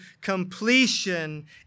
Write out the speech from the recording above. completion